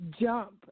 jump